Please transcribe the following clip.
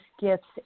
gifts